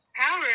power